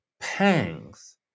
Pangs